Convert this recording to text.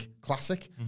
classic